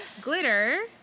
Glitter